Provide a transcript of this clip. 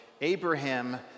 Abraham